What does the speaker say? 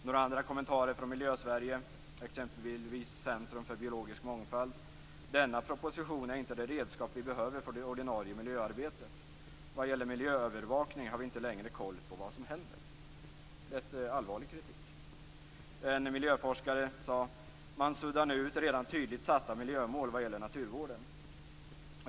Några andra kommentarer från Miljösverige, exempelvis Centrum för biologisk mångfald: "Denna proposition är inte det redskap vi behöver för det ordinarie miljöarbetet. Vad gäller miljöövervakningen har vi inte lägre koll på vad som händer." Det är rätt allvarlig kritik. En miljöforskare sade: "Man suddar nu ut redan tydligt satta miljömål vad gäller naturvården."